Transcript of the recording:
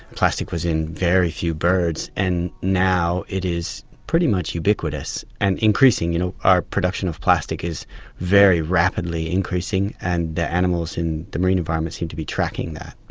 plastic was in very few birds, and now it is pretty much ubiquitous and increasing. you know, our production of plastic is very rapidly increasing, and the animals in the marine environment seem to be tracking that.